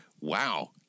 Wow